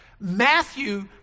Matthew